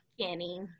Kenny